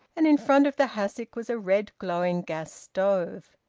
and in front of the hassock was a red-glowing gas-stove.